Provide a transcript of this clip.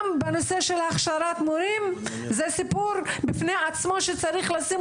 גם נושא הכשרת מורים זה סיפור בפני עצמו שצריך לשים